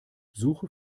suche